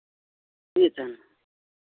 ᱴᱷᱤᱠ ᱟᱪᱷᱮ